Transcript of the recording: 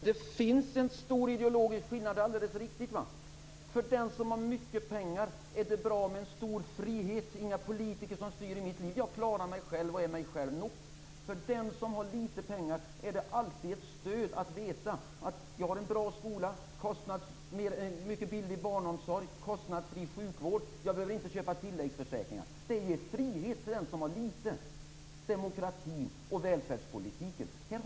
Herr talman! Det finns en stor ideologisk skillnad, det är alldeles riktigt. För den som har mycket pengar är det bra med en stor frihet utan några politiker som styr. De klarar sig själva och är sig själva nog. För dem som har litet pengar är det alltid ett stöd att veta att vi har en bra skola, mycket billig barnomsorg, kostnadsfri sjukvård. Man behöver inte köpa tilläggsförsäkringar. Det ger frihet för den som har litet. Vi har en skild syn på demokrati och välfärdspolitiken.